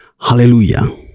Hallelujah